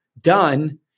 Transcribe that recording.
done